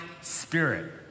spirit